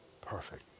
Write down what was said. perfect